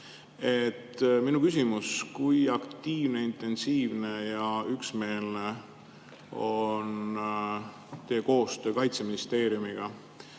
Mu küsimus: kui aktiivne, intensiivne ja üksmeelne on teie koostöö Kaitseministeeriumiga?